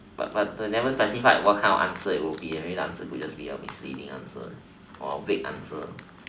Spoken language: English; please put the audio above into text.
but but but never specified what kind of answer it would be the answer could be an misleading answer or weird answer